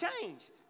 changed